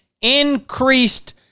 increased